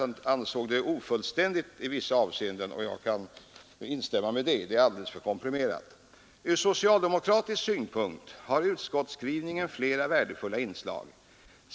Från socialdemokratisk synpunkt har utskottsskrivningen flera värdefulla inslag.